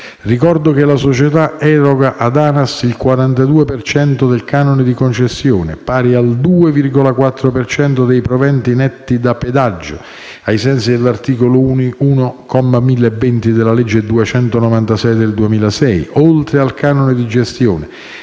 Ricordo che la società eroga ad ANAS il 42 per cento del canone di concessione, pari al 2,4 per cento dei proventi netti da pedaggio (ai sensi dell'articolo 1, comma 1020, della legge n. 296 del 2006), oltre al canone di gestione,